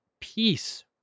peace